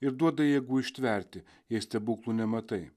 ir duoda jėgų ištverti jei stebuklų nematai